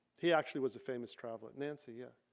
he actually was a famous traveler. nancy, yea?